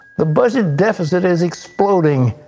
the budget deficit is exploding.